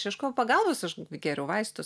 aš ieškojau pagalbos aš gėriau vaistus